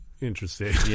Interesting